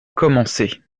commencer